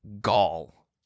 gall